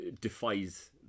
defies